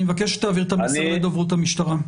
אני מבקש שתעביר את המסר לדוברות הממשלה.